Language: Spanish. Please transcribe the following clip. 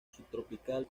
subtropical